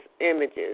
images